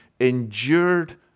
endured